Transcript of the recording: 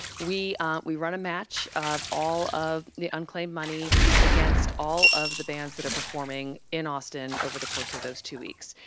we we run a match of all of the unclaimed money against all of the bands that are performing in austin over the course of those two weeks,